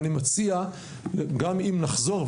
אני מציע - גם אם נחזור,